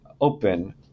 open